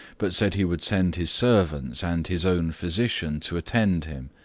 but said he would send his servants and his own physician to attend him,